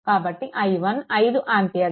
కాబట్టి i1 5 ampere